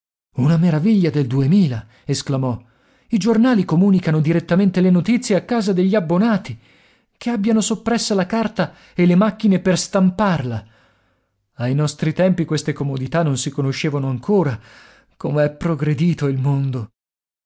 una meraviglia del duemila esclamò i giornali comunicano direttamente le notizie a casa degli abbonati che abbiano soppressa la carta e le macchine per stamparla ai nostri tempi queste comodità non si conoscevano ancora come è progredito il mondo